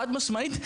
חד משמעית,